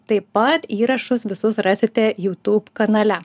taip pat įrašus visus rasite jutub kanale